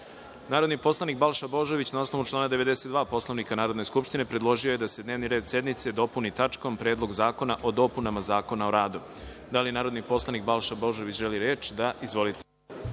predlog. Narodni poslanik Balša Božović, na osnovu člana 92. Poslovnika Narodne skupštine, predložio je da se dnevni red sednice dopuni tačkom – Predlog zakona o dopunama Zakona o radu. Da li narodni poslanik Balša Božović želi reč? (Da.)Izvolite.